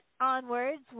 onwards